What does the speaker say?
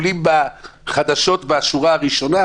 הם עולים בחדשות בשורה הראשונה,